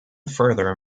further